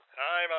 hi